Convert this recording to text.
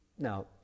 Now